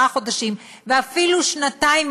עשרה חודשים ואפילו שנתיים,